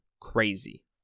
Crazy